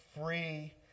free